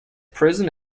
prison